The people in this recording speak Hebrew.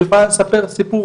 שהיא באה לספר סיפור,